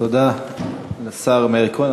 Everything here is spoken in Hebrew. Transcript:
תודה לשר מאיר כהן.